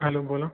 hello बोला